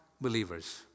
believers